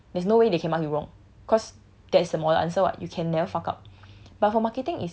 you get correct means correct there's no way they can mark you wrong cause there is the model the answer [what] you can never fucked up